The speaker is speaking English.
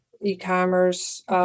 e-commerce